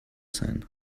sein